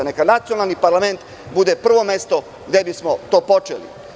Neka nacionalni parlament bude prvo mesto gde bismo to počeli.